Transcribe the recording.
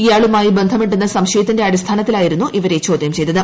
ഇയാളുമായി ബന്ധമുണ്ടെന്ന സംശയത്തിന്റെ അടിസ്ഥാനത്തിലായിരുന്നു ഇവരെ ചോദ്യം ചെയ്തത്